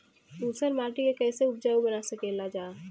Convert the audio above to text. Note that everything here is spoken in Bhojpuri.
ऊसर माटी के फैसे उपजाऊ बना सकेला जा?